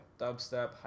dubstep